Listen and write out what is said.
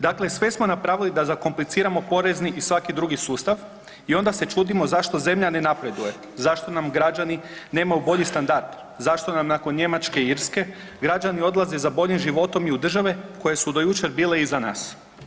Dakle, sve smo napravili da zakomplicirano porezni i svaki drugi sustav i onda se čudimo zašto zemlja ne napreduje, zašto nam građani nemaju bolji standard, zašto nam nakon Njemačke i Irske građani odlaze za boljim životom i u države koje su do jučer bile iza nas.